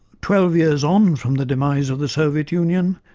twelve years on from the demise of the soviet union,